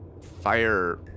fire